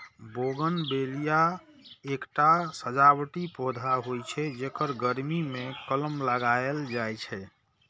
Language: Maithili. बोगनवेलिया एकटा सजावटी पौधा होइ छै, जेकर गर्मी मे कलम लगाएल जाइ छै